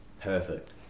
perfect